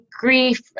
grief